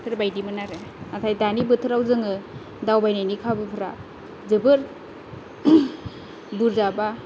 बेफोरबादिमोन आरो ओमफ्राय दानि बोथोराव जोङो दावबायनायनि खाबुफ्रा जोबोद बुरजा बा